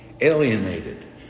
Alienated